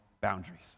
boundaries